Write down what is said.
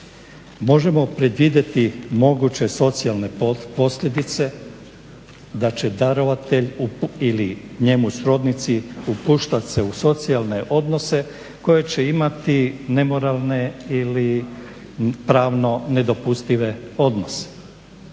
Možemo predvidjeti moguće socijalne posljedice da će darovatelj i njemu srodnici upuštati u socijalne odnose koje će imati nemoralne ili pravno nedopustive odnose.